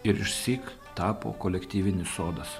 ir išsyk tapo kolektyvinis sodas